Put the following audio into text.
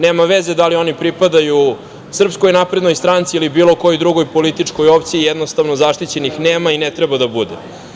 Nema veze da li oni pripadaju SNS ili bilo kojoj drugoj političkoj opciji, jednostavno zaštićenih nema i ne treba da bude.